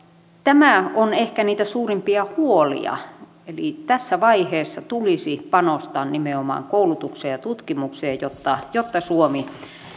tämä on ehkä niitä suurimpia huolia eli tässä vaiheessa tulisi panostaa nimenomaan koulutukseen ja tutkimukseen jotta jotta suomi